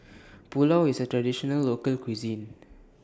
Pulao IS A Traditional Local Cuisine